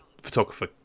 photographer